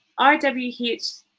RWH